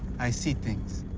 i see things.